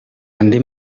andi